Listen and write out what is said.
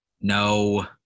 No